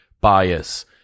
bias